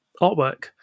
artwork